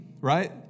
right